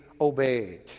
obeyed